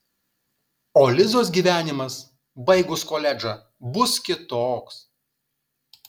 o lizos gyvenimas baigus koledžą bus kitoks